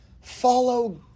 Follow